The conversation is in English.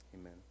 Amen